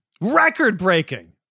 Record-breaking